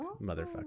motherfucker